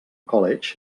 college